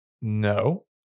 No